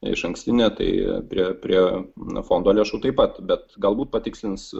išankstinė tai prie prie fondo lėšų taip pat bet galbūt patikslins